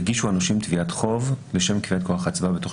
יגישו הנושים תביעת חוב לשם קביעת כוח ההצבעה בתוך